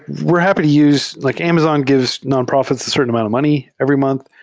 we're happy to use like amazon gives nonprofits a certain amount of money every month,